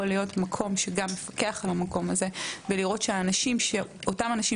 להיות מקום שגם מפקח על המקום הזה ורואה שאותם אנשים